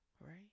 right